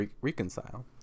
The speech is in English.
reconcile